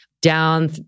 down